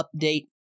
update